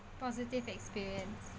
positive experience